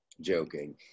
Joking